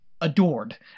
adored